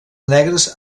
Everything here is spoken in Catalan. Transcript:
negres